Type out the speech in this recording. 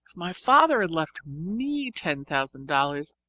my father had left me ten thousand dollars,